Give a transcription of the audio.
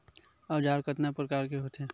औजार कतना प्रकार के होथे?